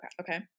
Okay